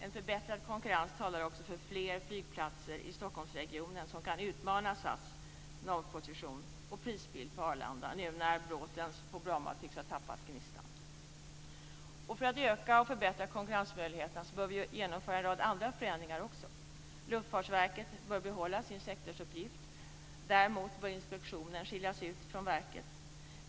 En förbättrad konkurrens talar också för fler flygplatser i Stockholmsregionen som kan utmana SAS navposition och prisbild på Arlanda flygplats nu när Braathens på Bromma flygplats tycks ha tappat gnistan. För att öka och förbättra konkurrensmöjligheterna bör vi också genomföra en rad andra förändringar. Luftfartsverket bör behålla sin sektorsuppgift. Däremot bör inspektionen skiljas ut från verket.